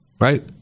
Right